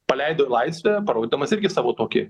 paleido į laisvę parodydamas irgi savo tokį